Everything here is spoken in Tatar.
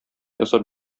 ясап